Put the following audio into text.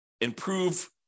improve